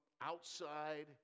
outside